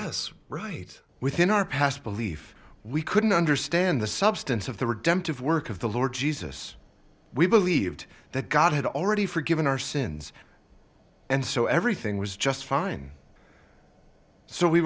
us right within our past belief we couldn't understand the substance of the redemptive work of the lord jesus we believed that god had already forgiven our sins and so everything was just fine so we